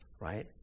right